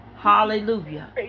Hallelujah